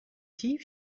tief